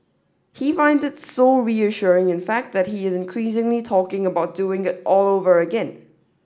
he find it so reassuring in fact that he is increasingly talking about doing it all over again